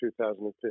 2015